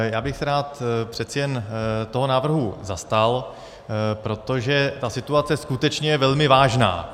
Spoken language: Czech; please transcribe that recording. Já bych se rád přece jen toho návrhu zastal, protože ta situace je skutečně velmi vážná.